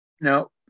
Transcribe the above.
No